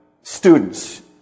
students